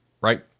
right